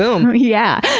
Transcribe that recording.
so um yeah!